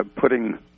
putting